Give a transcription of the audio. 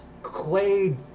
Clay